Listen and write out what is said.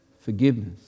forgiveness